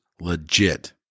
legit